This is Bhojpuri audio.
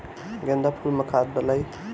गेंदा फुल मे खाद डालाई?